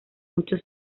muchos